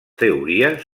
teories